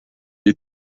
est